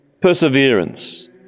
Perseverance